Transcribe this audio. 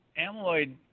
amyloid